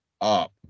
up